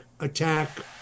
attack